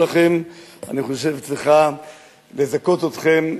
ובמקוריות שלכם אני חושב שצריך היה לזכות אתכם,